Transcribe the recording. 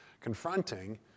confronting